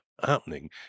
happening